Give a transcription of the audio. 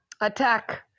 attack